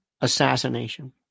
assassination